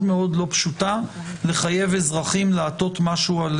מאוד לא פשוטה לחייב אזרחים לעטות משהו על